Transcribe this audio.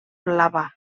blava